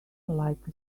like